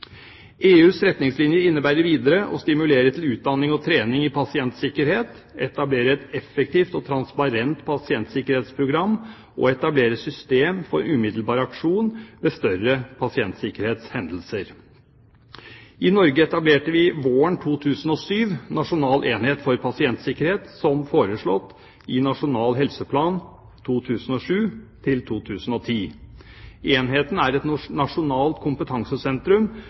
EUs retningslinjer innebærer videre å stimulere til utdanning og trening i pasientsikkerhet, etablere et effektivt og transparent pasientsikkerhetsprogram og etablere system for umiddelbar aksjon ved større pasientsikkerhetshendelser. I Norge etablerte vi våren 2007 Nasjonal enhet for pasientsikkerhet som foreslått i Nasjonal helseplan for 2007–2010. Enheten er et nasjonalt kompetansesentrum